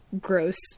gross